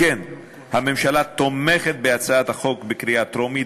הממשלה תומכת בהצעת החוק בקריאה טרומית